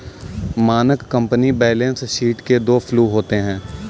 मानक company balance sheet के दो फ्लू होते हैं